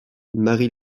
marie